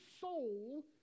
soul